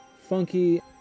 funky